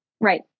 Right